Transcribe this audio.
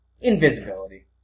invisibility